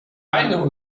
beine